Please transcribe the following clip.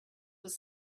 was